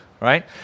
right